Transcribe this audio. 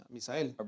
Misael